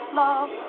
love